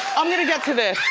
i'm gonna get to this.